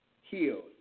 healed